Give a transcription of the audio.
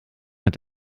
hat